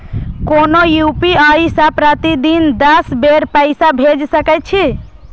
कोनो यू.पी.आई सं प्रतिदिन दस बेर पैसा भेज सकै छी